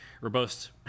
Robust